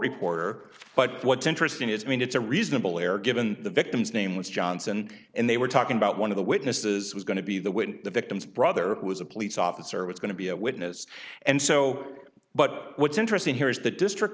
reporter but what's interesting is i mean it's a reasonable error given the victim's name was johnson and they were talking about one of the witnesses was going to be the when the victim's brother was a police officer was going to be a witness and so but what's interesting here is the district